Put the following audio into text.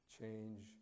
Change